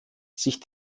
sich